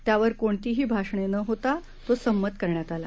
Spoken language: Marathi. त्यावर कोणतीही भाषणे न होता तो समंत करण्यात आला